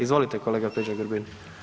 Izvolite kolega Peđa Grbin.